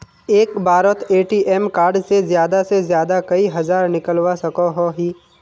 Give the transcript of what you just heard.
एक बारोत ATM card से ज्यादा से ज्यादा कई हजार निकलवा सकोहो ही?